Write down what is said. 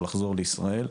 או לחזור לישראל.